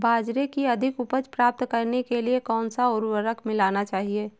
बाजरे की अधिक उपज प्राप्त करने के लिए कौनसा उर्वरक मिलाना चाहिए?